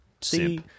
See